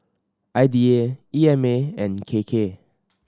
I D A E M A and K K